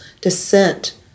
descent